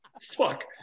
Fuck